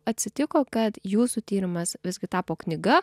atsitiko kad jūsų tyrimas visgi tapo knyga